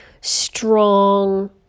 strong